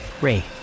Ray